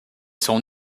son